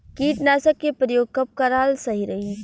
कीटनाशक के प्रयोग कब कराल सही रही?